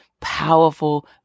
powerful